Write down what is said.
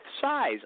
Size